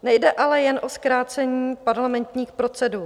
Nejde ale jen o zkrácení parlamentních procedur.